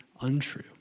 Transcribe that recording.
untrue